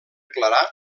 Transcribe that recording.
clarà